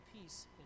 peace